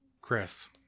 chris